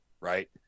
right